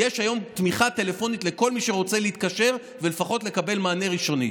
יש היום תמיכה טלפונית לכל מי שרוצה להתקשר ולפחות לקבל מענה ראשוני.